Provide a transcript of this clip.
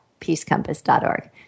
peacecompass.org